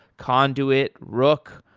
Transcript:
conduit, rook,